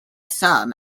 some